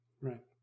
Right